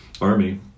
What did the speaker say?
army